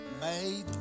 made